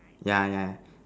yeah yeah